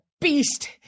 beast